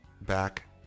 back